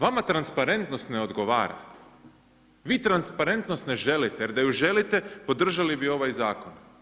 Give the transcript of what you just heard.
Vama transparentnost ne odgovara, vi transparentnost ne želite jer da ju želite podržali bi ovaj zakon.